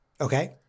Okay